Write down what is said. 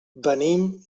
venim